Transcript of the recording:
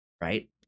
Right